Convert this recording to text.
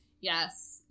Yes